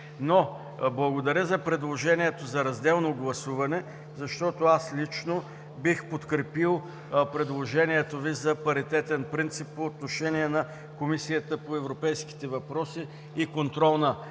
Но благодаря за предложението за разделно гласуване, защото аз лично бих подкрепил предложението Ви за паритетен принцип по отношение на Комисията по европейските въпроси и контрол на европейските